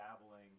dabbling